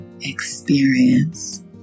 experience